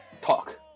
talk